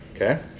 Okay